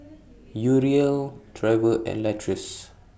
Uriel Trever and Latrice